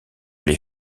l’ai